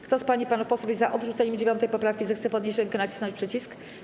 Kto z pań i panów posłów jest za odrzuceniem 9. poprawki, zechce podnieść rękę i nacisnąć przycisk.